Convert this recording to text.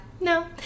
No